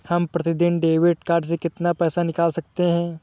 हम प्रतिदिन debit card से कितना पैसा निकाल सकते हैं?